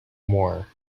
more